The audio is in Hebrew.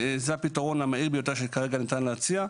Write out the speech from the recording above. זה הפתרון המהיר ביותר שניתן להציע כרגע.